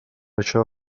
això